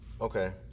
Okay